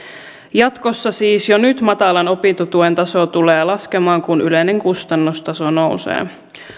jatkossa siis jo nyt matalan opintotuen taso tulee laskemaan kun yleinen kustannustaso nousee